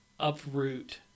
uproot